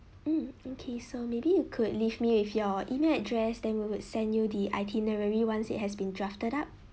mm okay so maybe you could leave me with your email address then we would send you the itinerary once it has been drafted up